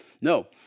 No